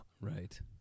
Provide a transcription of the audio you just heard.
Right